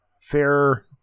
fair